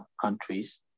countries